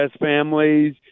families